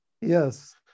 yes